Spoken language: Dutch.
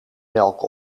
melk